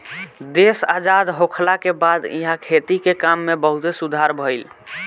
देश आजाद होखला के बाद इहा खेती के काम में बहुते सुधार भईल